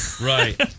Right